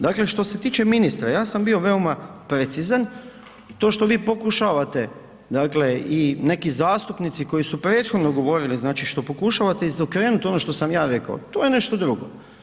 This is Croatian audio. Dakle, što se tiče ministra, ja sam bio veoma precizan, to što vi pokušavate, dakle i neki zastupnici koji su prethodno govorili, znači što pokušavate izokrenut ono što sam ja rekao, to je nešto drugo.